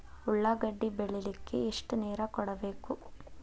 ಉಳ್ಳಾಗಡ್ಡಿ ಬೆಳಿಲಿಕ್ಕೆ ಎಷ್ಟು ನೇರ ಕೊಡಬೇಕು?